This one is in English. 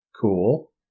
Cool